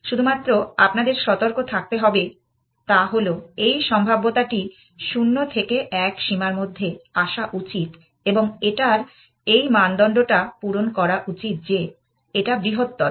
শুধুমাত্র আপনাদের সতর্ক থাকতে হবে তা হল এই সম্ভাব্যতাটি 0 থেকে 1 সীমার মধ্যে আসা উচিত এবং এটার এই মানদণ্ডটা পূরণ করা উচিত যে এটা বৃহত্তর